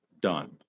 done